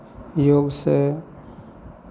योगसँ